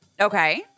Okay